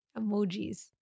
emojis